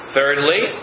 Thirdly